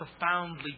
profoundly